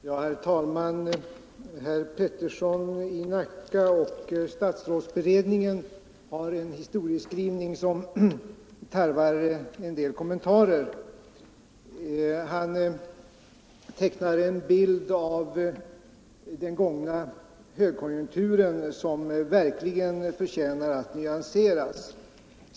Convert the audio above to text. Herr talman! Herr Peterson i Nacka och statsrådsberedningen gör en historieskrivning som tarvar en del kommentarer. Han tecknar en bild av den gångna högkonjunkturen som verkligen bör nyanseras.